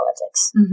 politics